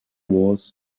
was